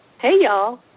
hey, y'all.